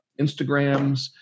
Instagrams